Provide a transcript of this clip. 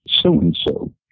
so-and-so